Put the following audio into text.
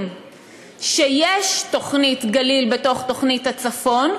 שיש תוכנית גליל בתוך תוכנית הצפון,